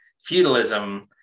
feudalism